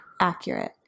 accurate